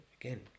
again